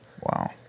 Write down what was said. Wow